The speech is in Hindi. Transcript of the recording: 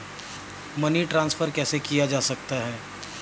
मनी ट्रांसफर कैसे किया जा सकता है?